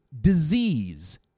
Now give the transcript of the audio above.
disease